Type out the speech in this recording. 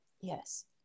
Yes